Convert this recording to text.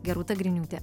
gerūta griniūtė